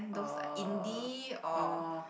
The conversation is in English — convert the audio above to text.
oh oh